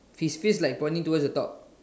his fist like pointing towards the top